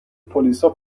پلیسا